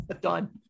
Done